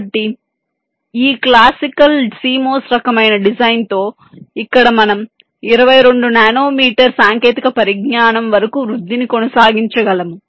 కాబట్టి ఈ classical CMOS రకమైన డిజైన్తో ఇక్కడ మనం 22 నానోమీటర్ సాంకేతిక పరిజ్ఞానం వరకు వృద్ధిని కొనసాగించగలిగాము